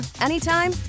anytime